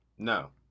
No